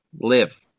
live